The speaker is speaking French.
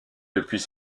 depuis